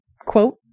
quote